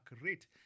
rate